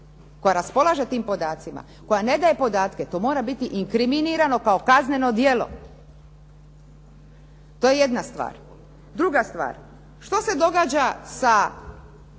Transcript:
koja raspolaže tim podacima, koja ne daje podatke to mora biti inkriminirano kao kazneno djelo. To je jedna stvar. Druga stvar, što se događa sa